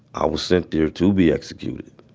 i was sent there to be executed.